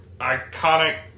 iconic